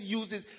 uses